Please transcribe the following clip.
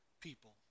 people